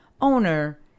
owner